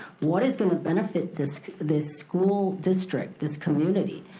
what is gonna benefit this this school district, this community.